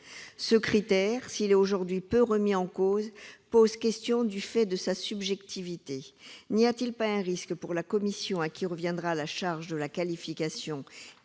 Ce critère, s'il est aujourd'hui peu remis en cause, pose question du fait de sa subjectivité. N'y a-t-il pas un risque pour la commission à qui reviendra la charge de la qualification,